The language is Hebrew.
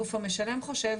הגוף המשלם חושב,